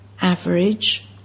average